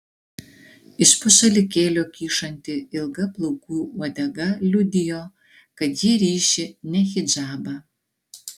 iš po šalikėlio kyšanti ilga plaukų uodega liudijo kad ji ryši ne hidžabą